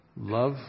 Love